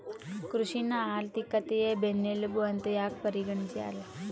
ಕೃಷಿನ ಆರ್ಥಿಕತೆಯ ಬೆನ್ನೆಲುಬು ಅಂತ ಯಾಕ ಪರಿಗಣಿಸ್ಯಾರ?